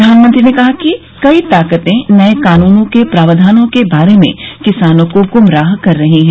प्रधानमंत्री ने कहा कि कई ताकतें नये कानूनों के प्रावधानों के बारे में किसानों को गुमराह कर रही हैं